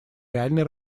реальной